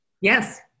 Yes